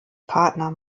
partner